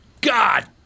God